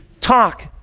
talk